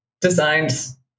designs